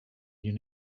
you